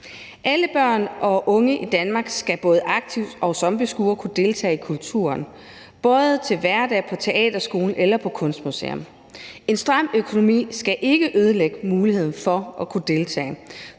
Alle børn og unge i Danmark skal både aktivt og som beskuere kunne deltage i kulturen, både til hverdag, på teaterskolen eller på kunstmuseum. En stram økonomi skal ikke ødelægge muligheden for at kunne deltage,